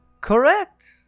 Correct